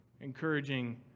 encouraging